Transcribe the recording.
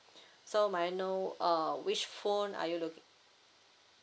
so may I know uh which phone are you looking